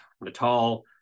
Natal